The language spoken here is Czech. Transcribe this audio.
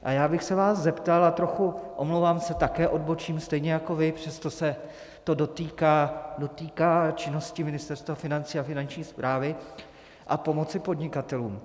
A já bych se vás zeptal, a trochu, omlouvám se, také odbočím, stejně jako vy, přesto se to dotýká činnosti Ministerstva finanční a Finanční správy a pomoci podnikatelům.